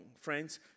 friends